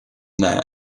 there